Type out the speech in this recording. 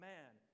Man